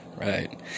right